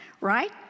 right